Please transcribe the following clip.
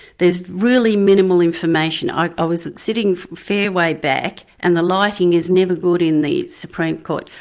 there's really minimal information, i was sitting a fair way back and the lighting is never good in the supreme court.